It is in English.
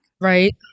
right